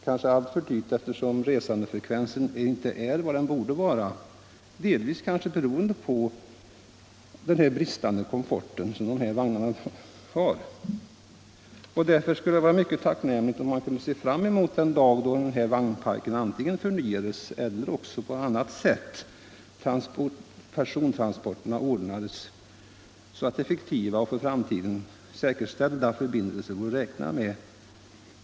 Kanske alltför dyrt, eftersom resandefrekvensen inte är vad den borde vara — kanske beroende på den bristande komforten i vagnarna. Därför skulle det vara mycket tacknämligt om man kunde se fram emot den dag då vagnparken antingen förnyas eller persontransporterna ordnas på annat sätt, så att effektiva och för framtiden säkerställda förbindelser vore att räkna med.